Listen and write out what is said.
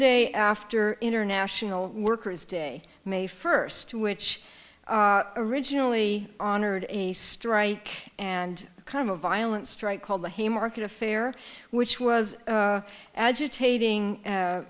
day after international workers day may first which originally honored a strike and kind of violent strike called the haymarket affair which was agitating